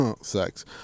Sex